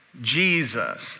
Jesus